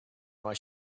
why